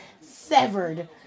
severed